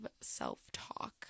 self-talk